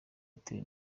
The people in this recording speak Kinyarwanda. atewe